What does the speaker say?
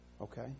Okay